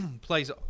Plays